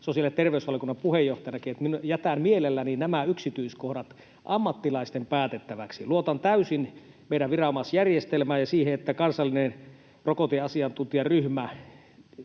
sosiaali- ja terveysvaliokunnan puheenjohtajanakin, että jätän mielelläni nämä yksityiskohdat ammattilaisten päätettäväksi. Luotan täysin meidän viranomaisjärjestelmäämme ja siihen, että kansallinen rokoteasiantuntijaryhmä